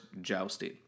jousting